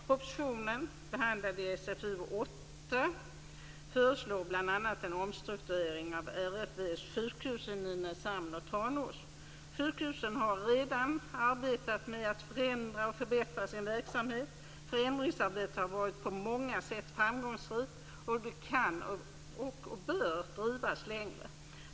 Propositionen som är behandlad i SfU8 föreslår bl.a. en omstrukturering av RFV:s sjukhus i Nynäshamn och i Tranås. Sjukhusen har redan arbetat med att förändra och förbättra sin verksamhet. Förändringsarbetet har på många sätt varit framgångsrikt. Det kan och bör drivas längre.